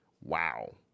Wow